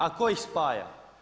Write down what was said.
A tko ih spaja?